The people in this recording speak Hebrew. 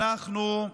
אנחנו,